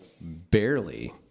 barely